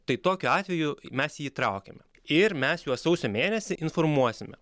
tai tokiu atveju mes jį įtraukiame ir mes juos sausio mėnesį informuosime